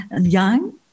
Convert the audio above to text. young